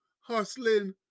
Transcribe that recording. hustling